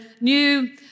new